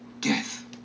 Death